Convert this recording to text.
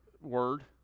word